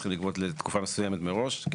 צריכים לגבות לתקופה מסוימת מראש.